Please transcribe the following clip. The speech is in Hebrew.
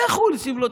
"לכו לסבלֹתיכם".